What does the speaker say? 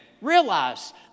Realize